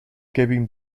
kevin